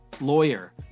lawyer